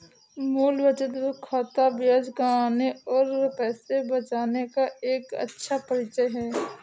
मूल बचत खाता ब्याज कमाने और पैसे बचाने का एक अच्छा परिचय है